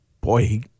Boy